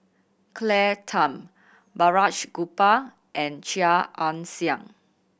Claire Tham Balraj Gopal and Chia Ann Siang